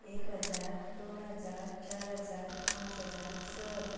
एक हजार दोन हजार चार हजार पांच हजार स हजार